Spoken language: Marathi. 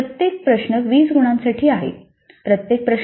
म्हणजेच प्रत्येक प्रश्न 20 गुणांसाठी आहे